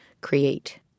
create